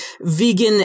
vegan